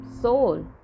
soul